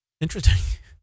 interesting